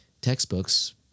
textbooks